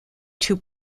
two